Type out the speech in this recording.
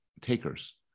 takers